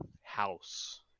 house